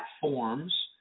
platforms